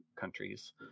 countries